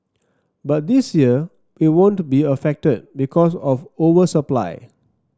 but this year we won't be affected because of over supply